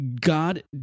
God